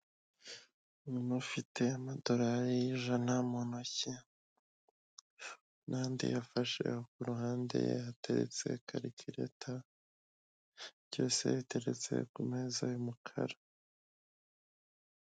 Umuntu ufite amadolari ijana mu ntoki n'andi afashe , kuruhande hateretse karikireta byose biteretse ku meza y'umukara.